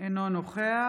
אינו נוכח